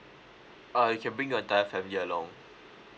uh you can bring your entire family along